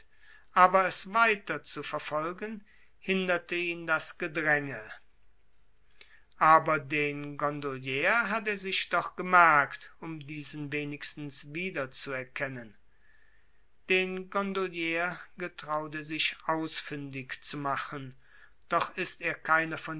aber es weiter zu verfolgen hinderte ihn das gedränge aber den gondolier hat er sich doch gemerkt um diesen wenigstens wieder zu erkennen den gondolier getraut er sich ausfündig zu machen doch ist es keiner